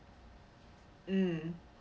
mm